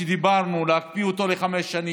שדיברנו על להקפיא אותו לחמש שנים,